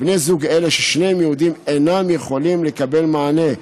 בני זוג אלה ששניהם יהודים אינם יכולים לקבל מענה,